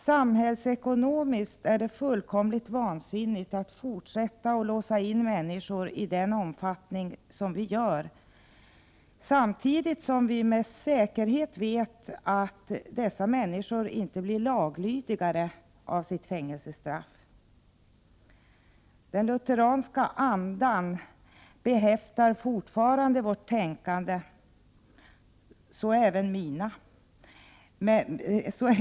Samhällsekonomiskt är det fullkomligt vansinnigt att fortsätta att låsa in människor i den omfattning som vi gör, samtidigt som vi med säkerhet vet att dessa människor inte blir laglydigare av fängelsestraff. Den lutherska andan behäftar fortfarande vårt tänkande — så även mitt.